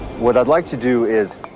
what i'd like to do is,